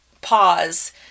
pause